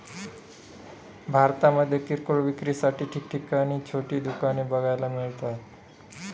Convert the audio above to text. भारतामध्ये किरकोळ विक्रीसाठी ठिकठिकाणी छोटी दुकाने बघायला मिळतात